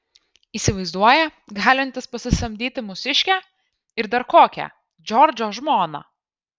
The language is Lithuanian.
įsivaizduoja galintis pasisamdyti mūsiškę ir dar kokią džordžo žmoną